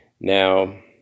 Now